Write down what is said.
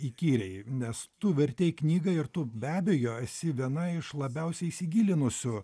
įkyriai nes tu vertei knygą ir tu be abejo esi viena iš labiausiai įsigilinusių